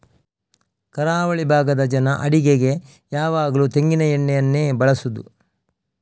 ಕರಾವಳಿ ಭಾಗದ ಜನ ಅಡಿಗೆಗೆ ಯಾವಾಗ್ಲೂ ತೆಂಗಿನ ಎಣ್ಣೆಯನ್ನೇ ಬಳಸುದು